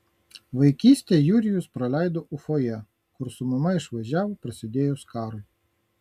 vaikystę jurijus praleido ufoje kur su mama išvažiavo prasidėjus karui